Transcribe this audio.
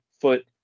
foot